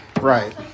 Right